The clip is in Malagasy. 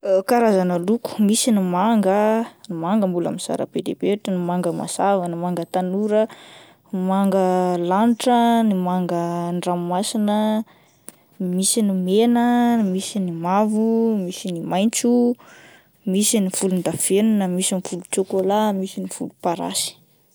Karazana loko misy ny manga, ny manga mbola mizara be dia be ohatra ny manga mazava, ny manga tanora, ny manga lanitra ah, ny manga an-dranomasina, misy ny mena ,misy ny mavo, misy ny maintso, misy ny volon-davenona, misy ny volon-tsôkola, misy ny volom-parasy.